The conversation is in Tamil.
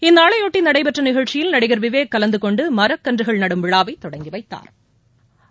இந்நாளையொட்டி நடைபெற்ற நிகழ்ச்சியில் நடிகர் விவேக் கலந்து கொண்டு மரக்கன்றுகள் நடும் விழாவை தொடங்கி வைத்தாா்